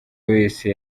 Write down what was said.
wese